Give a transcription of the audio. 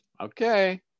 okay